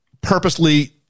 purposely